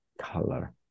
color